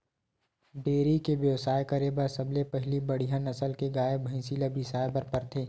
dairy के बेवसाय करे बर सबले पहिली बड़िहा नसल के गाय, भइसी ल बिसाए बर परथे